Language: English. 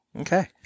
okay